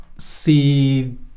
See